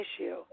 issue